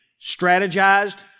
strategized